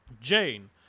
Jane